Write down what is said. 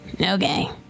Okay